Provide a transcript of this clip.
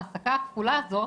ההעסקה הכפולה הזו,